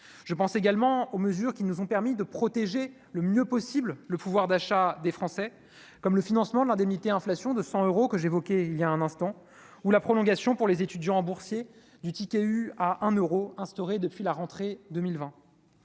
je pense également aux mesures qui nous ont permis de protéger le mieux possible le pouvoir d'achat des Français comme le financement de l'indemnité, inflation de 100 euros que j'évoquais il y a un instant ou la prolongation pour les étudiants boursiers du ticket eu à un euro, instauré depuis la rentrée 2020